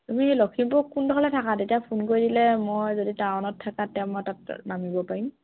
তুমি লখিমপুৰৰ থাকা তেতিয়া ফোন কৰি দিলে মই যদি টাউনত থাকা তেতিয়া মই তাত নামিব পাৰিম